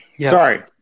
Sorry